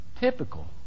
typical